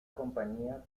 compañía